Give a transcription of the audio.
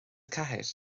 ceathair